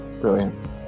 Brilliant